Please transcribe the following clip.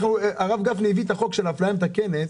הרב גפני הביא את החוק של אפליה מתקנת.